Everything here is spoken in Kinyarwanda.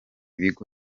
bigo